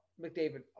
McDavid